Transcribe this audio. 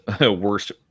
worst